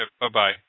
bye-bye